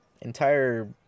entire